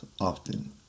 often